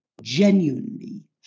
genuinely